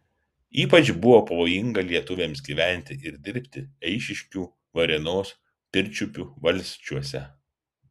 ypač buvo pavojinga lietuviams gyventi ir dirbti eišiškių varėnos pirčiupių valsčiuose